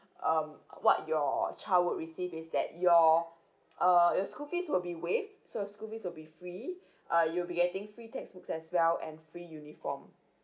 um what your child would receive is that your uh your school fees will be waived so school fees will be free uh you'll be getting free textbooks as well and free uniform